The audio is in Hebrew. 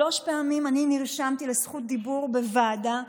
שלוש פעמים אני נרשמתי לזכות דיבור בוועדה,